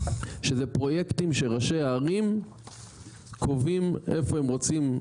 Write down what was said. שאלו פרויקטים שראשי הערים קובעים איפה הם רוצים,